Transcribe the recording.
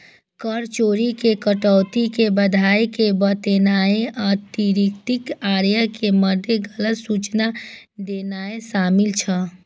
कर चोरी मे कटौती कें बढ़ाय के बतेनाय, अतिरिक्त आय के मादे गलत सूचना देनाय शामिल छै